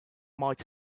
might